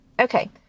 Okay